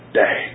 day